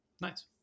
Nice